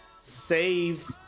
Save